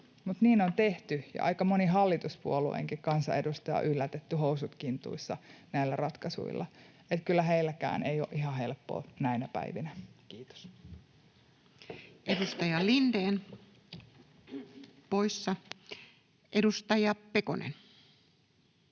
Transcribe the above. mutta niin on tehty. Ja aika moni hallituspuolueenkin kansanedustaja on yllätetty housut kintuissa näillä ratkaisuilla, että kyllä heilläkään ei ole ihan helppoa näinä päivinä. — Kiitos. [Speech 112] Speaker: Toinen